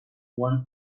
one